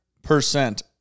Percent